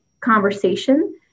conversation